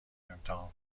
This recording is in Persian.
امتحان